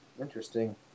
interesting